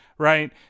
Right